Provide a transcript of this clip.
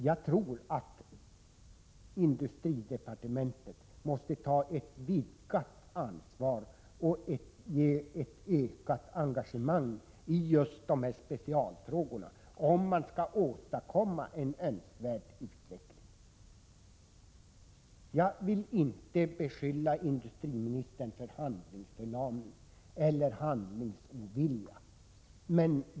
Jag tror att industridepartementet måste ta ett vidgat ansvar och visa ett ökat engagemang i just dessa specialfrågor, om en önskvärd utveckling skall kunna åstadkommas. Jag vill inte beskylla industriministern för handlingsförlamning eller handlingsovilja.